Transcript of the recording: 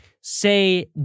say